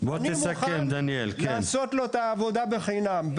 אני מוכן לעשות לו את העבודה בחינם.